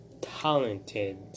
talented